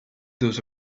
those